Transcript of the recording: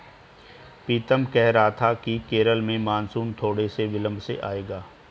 पीतम कह रहा था कि केरल में मॉनसून थोड़े से विलंब से आएगा